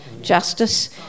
Justice